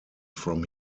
from